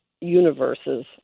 universes